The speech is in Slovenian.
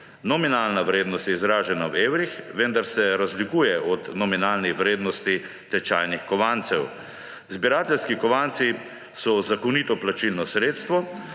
Nominalna vrednost je izražena v evrih, vendar se razlikuje od nominalnih vrednosti tečajnih kovancev. Zbirateljski kovanci so zakonito plačilno sredstvo